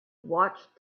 watched